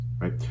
right